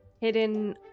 hidden